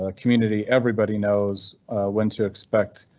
ah community, everybody knows when to expect.